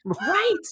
Right